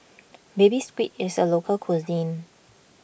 Baby Squid is a local cuisine